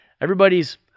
Everybody's